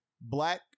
black